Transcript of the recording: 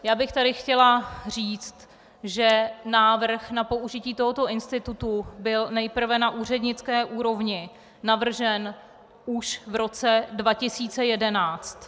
Chtěla bych tady říct, že návrh na použití tohoto institutu byl nejprve na úřednické úrovni navržen už v roce 2011.